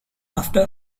after